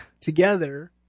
together